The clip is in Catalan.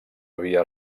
havia